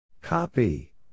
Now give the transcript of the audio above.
Copy